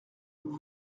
vous